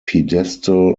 pedestal